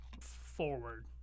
forward